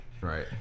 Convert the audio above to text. Right